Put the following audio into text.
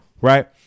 Right